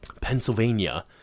pennsylvania